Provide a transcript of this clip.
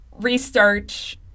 restart